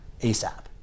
ASAP